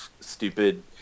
stupid